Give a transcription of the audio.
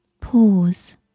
Pause